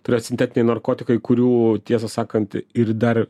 tai yra sintetiniai narkotikai kurių tiesą sakant ir dar